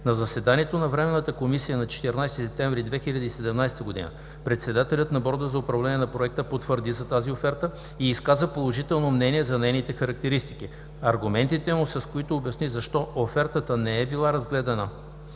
На заседанието на Временната комисия на 14 септември 2017 г. председателят на Борда за управление на проекта потвърди за тази оферта и изказа положително мнение за нейните характеристики. Аргументите му, с които обясни защо офертата не е била разгледана